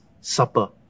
supper